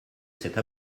cette